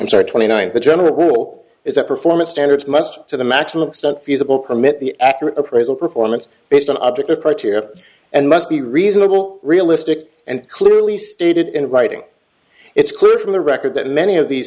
so are twenty ninth the general rule is that performance standards must to the maximum extent feasible permit the accurate appraisal performance based on objective criteria and must be reasonable realistic and clearly stated in writing it's clear from the record that many of these